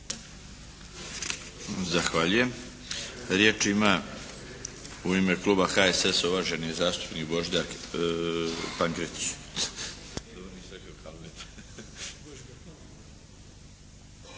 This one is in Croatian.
Zahvaljujem. Riječ ima u ime kluba HSS-a uvaženi zastupnik Božidar Pankretić.